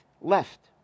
left